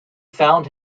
found